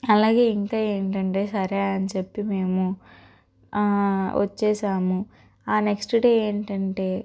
అలాగే ఇంకా ఏంటంటే సరే అని చెప్పి మేము వచ్చేసాము నెక్స్ట్ డే ఏంటంటే